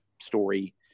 story